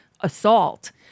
assault